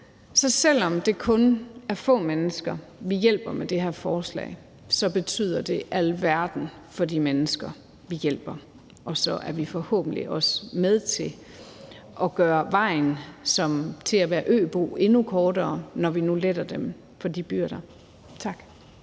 Så selv om det kun er få mennesker, vi hjælper med det her forslag, betyder det alverden for de mennesker, vi hjælper, og så er vi forhåbentlig også med til at gøre vejen til at være øbo endnu kortere, når vi nu letter dem for de byrder. Tak.